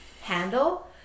handle